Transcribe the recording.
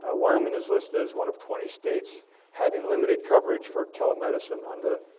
ah wyoming is listed as one of twenty states having limited coverage for telemedicine on the,